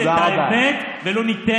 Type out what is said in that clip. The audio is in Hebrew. אתה נוכל